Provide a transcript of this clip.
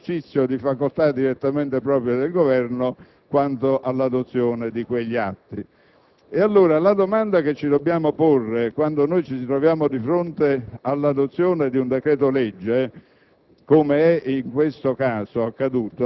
ma non ini termini che escludono l'esercizio di facoltà direttamente proprie del Governo quanto all'adozione di quegli atti. La domanda che dobbiamo porci quando ci troviamo di fronte all'adozione di un decreto‑legge,